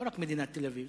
לא רק מדינת תל-אביב.